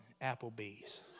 Applebee's